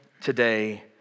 today